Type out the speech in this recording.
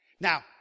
Now